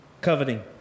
coveting